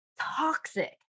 toxic